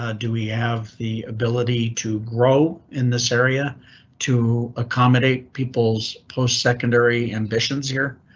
ah do we have the ability to grow in this area to accommodate people's postsecondary ambitions? here,